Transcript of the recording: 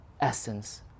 essence